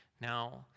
Now